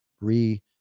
re